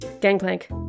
Gangplank